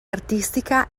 artistica